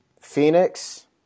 Phoenix